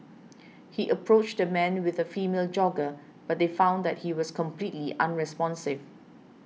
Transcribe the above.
he approached the man with a female jogger but they found that he was completely unresponsive